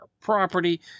property